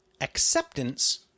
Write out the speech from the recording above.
acceptance